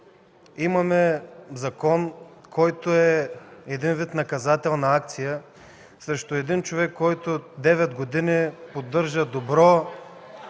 имаме закон, който е един вид наказателна акция срещу един човек, който девет години поддържа добро